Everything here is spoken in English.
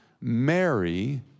Mary